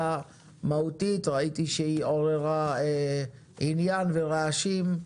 מהותית וראיתי שהיא עוררה עניין ורעשים.